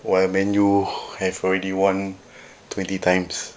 while man U have already won twenty times